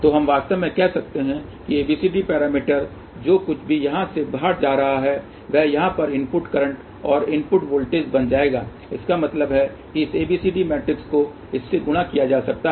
तो हम वास्तव में कह सकते हैं कि इसका ABCD पैरामीटर जो कुछ भी यहाँ से बाहर जा रहा है वह यहाँ पर इनपुट करंट और इनपुट वोल्टेज बन जाएगा इसका मतलब है कि इस ABCD मैट्रिक्स को इससे गुणा किया जा सकता है